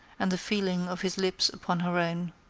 and the feeling of his lips upon her own.